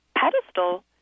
pedestal